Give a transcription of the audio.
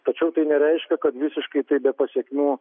tačiau tai nereiškia kad visiškai be pasekmių